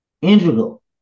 Integral